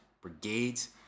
brigades